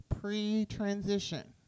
pre-transition